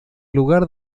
lugar